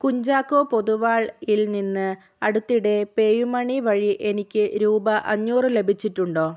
കുഞ്ചാക്കോ പൊതുവാൾ ഇൽ നിന്ന് അടുത്തിടെ പേയുമണി വഴി എനിക്ക് രൂപ അഞ്ഞൂറ് ലഭിച്ചിട്ടുണ്ടോ